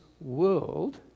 world